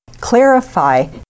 clarify